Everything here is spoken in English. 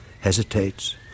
hesitates